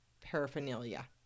paraphernalia